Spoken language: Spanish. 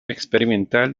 experimental